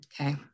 Okay